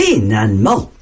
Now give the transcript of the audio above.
Finalement